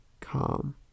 calm